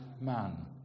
man